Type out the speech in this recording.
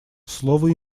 слово